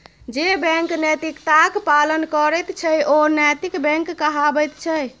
जे बैंक नैतिकताक पालन करैत छै ओ नैतिक बैंक कहाबैत छै